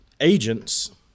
agents